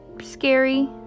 scary